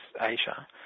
Asia